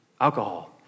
alcohol